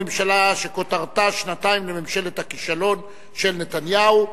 שכותרתה: שנתיים לממשלת הכישלון של נתניהו.